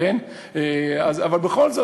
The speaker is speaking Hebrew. אבל בכל זאת,